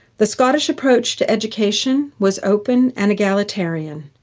the scottish approach to education was open and egalitarian.